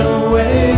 away